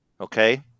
Okay